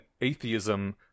atheism